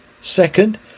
second